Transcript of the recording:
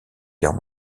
guerre